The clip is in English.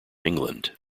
england